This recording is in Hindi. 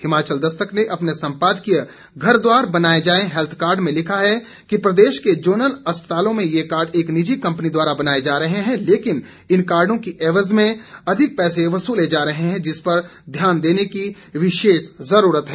हिमाचल दस्तक ने अपने संपादकीय घर द्वार बनाए जाएं हैल्थ कार्ड में लिखा है कि प्रदेश के जोनल अस्पतालों में ये कार्ड एक निजी कंपनी द्वारा बनाए जा रहे हैं लेकिन इन कार्डो की एवज में अधिक पैसे वसूले जा रहे हैं जिसपर ध्यान देने की विशेष जरूरत है